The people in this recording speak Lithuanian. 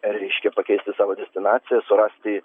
reiškia pakeisti savo destinaciją surasti